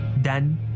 Then